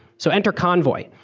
so enter convoy.